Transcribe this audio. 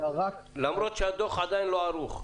למרות שהדוח עדיין לא ערוך.